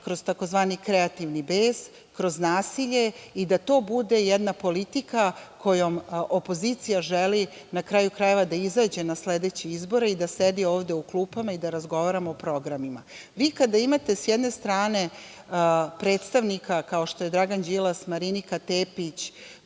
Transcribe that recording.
kroz tzv. kreativni bes, kroz nasilje i da to bude jedna politika kojom opozicija želi na kraju krajeva da izađe na sledeće izbore i da sedi ovde u klupama i da razgovaramo o programima? Vi kada imate sa jedne strane predstavnika kao što je Dragan Đilas, Marinika Tepić,